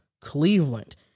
Cleveland